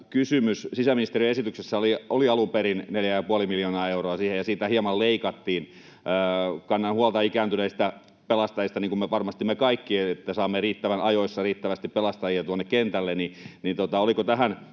kysymys: Sisäministeriön esityksessä oli alun perin neljä ja puoli miljoonaa euroa siihen, ja siitä hieman leikattiin. Kannan huolta ikääntyneistä pelastajista, niin kuin varmasti me kaikki, että saamme riittävän ajoissa riittävästi pelastajia tuonne kentälle. Oliko tähän